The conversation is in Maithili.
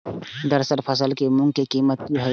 दलहन फसल के मूँग के कीमत की हय?